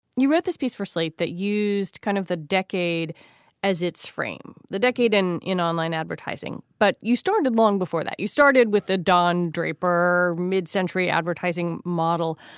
you wrote this piece for slate that used kind of the decade as its frame, the decade and in online advertising. but you started long before that, you started with the don draper mid-century advertising model.